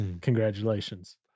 Congratulations